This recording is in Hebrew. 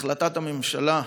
החלטת הממשלה,